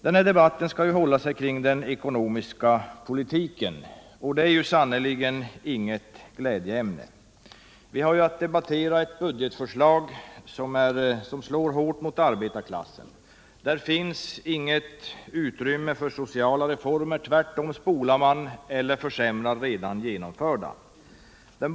Denna debatt skall hålla sig kring den ekonomiska politiken, och det är sannerligen inget glädjeämne. Vi har att debattera ett budgetförslag som slår hårt mot arbetarklassen. Där finns inget utrymme för sociala reformer — tvärtom spolar man eller försämrar redan genomförda reformer.